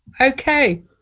Okay